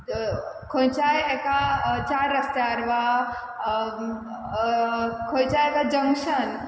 खंयच्याय एका चार रस्त्यार वा खंयच्याय एका जंक्शन